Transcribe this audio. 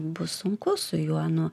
bus sunku su juo nu